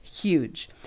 huge